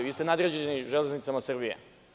Vi ste nadređeni „Železnicama Srbije“